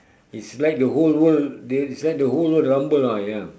it's like the whole world they it's like the whole world rumble oh ya